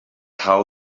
how